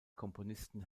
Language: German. komponisten